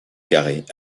carrée